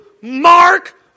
Mark